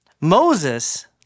Moses